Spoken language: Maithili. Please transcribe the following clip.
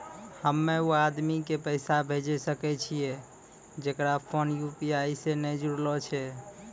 हम्मय उ आदमी के पैसा भेजै सकय छियै जेकरो फोन यु.पी.आई से नैय जूरलो छै?